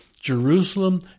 Jerusalem